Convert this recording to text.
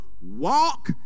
Walk